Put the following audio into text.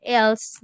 else